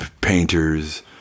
painters